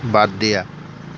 বাদ দিয়া